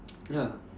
ya